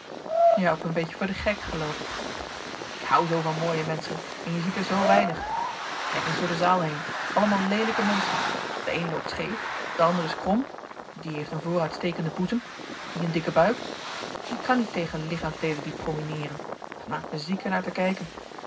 een beetje voor den gek geloof ik ik hoû zoo van mooie menschen en je ziet er zoo weinig kijk eens door de zaal heen allemaal leelijke menschen de een loopt scheef de ander is krom die heeft een vooruitstekenden boezem die een dikke buik ik kan niet tegen lichaamsdeelen die proemineeren het maakt me ziek er naar te kijken